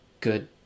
good